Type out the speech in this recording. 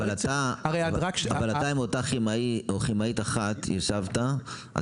אבל בינתיים ישבת עם אותה כימאית אחת על